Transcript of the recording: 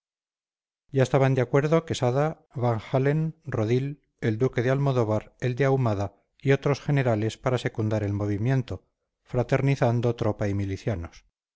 ya estaban de acuerdo quesada van halen rodil el duque de almodóvar el de ahumada y otros generales para secundar el movimiento fraternizando tropa y milicianos